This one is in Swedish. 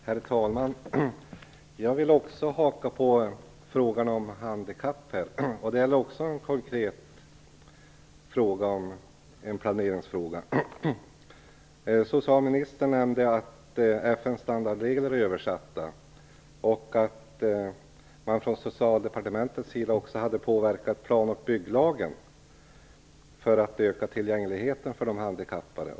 Herr talman! Jag vill haka på frågan om de handikappade. Jag har också en konkret planeringsfråga. Socialministern nämnde att FN:s standardregler är översatta och att man från Socialdepartementets sida hade påverkat plan och bygglagen för att öka tillgängligheten för de handikappade.